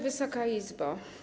Wysoka Izbo!